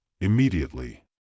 immediately